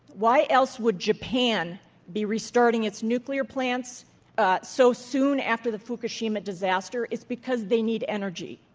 why else would japan be restarting its nuclear plants so soon after the fukushima disaster? it's because they need energy.